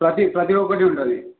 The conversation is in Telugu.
ప్రతి ప్రతి ఒక్కరిది ఉండాలి